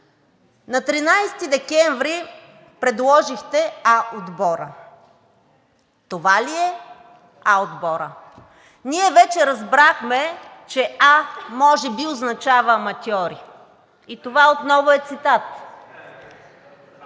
На 13 декември предложихте А отбора. Това ли е А отборът? Ние вече разбрахме, че А може би означава „аматьори“, и това отново е цитат.